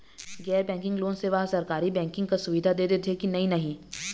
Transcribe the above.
गैर banking loan सेवा हा सरकारी बैंकिंग कस सुविधा दे देथे कि नई नहीं?